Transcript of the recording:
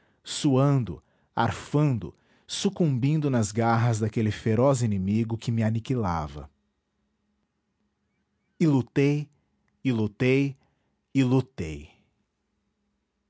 suando arfando sucumbindo nas garras daquele feroz inimigo que me aniquilava e lutei e lutei e lutei